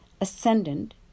ascendant